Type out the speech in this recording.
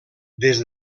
des